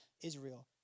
Israel